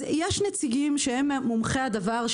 יש נציגים שהם מומחי הדבר,